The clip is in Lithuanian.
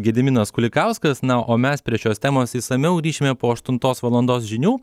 gediminas kulikauskas na o mes prie šios temos išsamiau grįšime po aštuntos valandos žinių